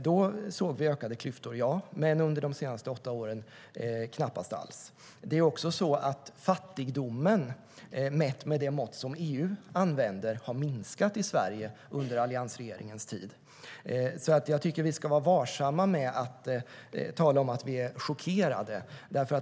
Då såg vi ökade klyftor, men under de senaste åtta åren har vi knappast sett några sådana alls. Fattigdomen, mätt med de mått som EU använder, har också minskat i Sverige under alliansregeringens tid. Jag tycker därför att vi ska vara varsamma med att tala om att vi är chockerade.